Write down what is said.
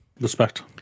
Respect